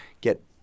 get